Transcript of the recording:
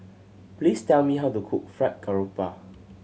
please tell me how to cook Fried Garoupa